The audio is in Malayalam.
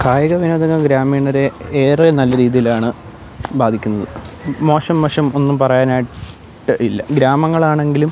കായിക വിനോദങ്ങൾ ഗ്രാമീണരെ ഏറെ നല്ല രീതിയിലാണ് ബാധിക്കുന്നത് മോശം വശം ഒന്നും പറയാനായിട്ട് ഇല്ല ഗ്രാമങ്ങളാണെങ്കിലും